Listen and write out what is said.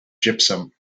gypsum